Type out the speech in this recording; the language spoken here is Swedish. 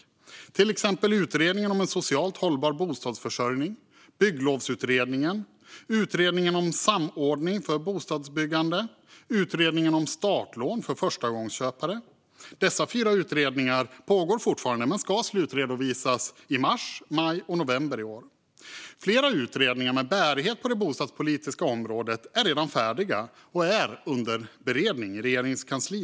Man har till exempel tillsatt utredningen En socialt hållbar bostadsförsörjning, Bygglovsutredningen, utredningen Samordning för bostadsbyggande och en utredning om startlån för förstagångsköpare. Dessa fyra utredningar pågår fortfarande men ska slutredovisas i mars, maj och november i år. Flera utredningar med bäring på det bostadspolitiska området är redan färdiga och under beredning i Regeringskansliet.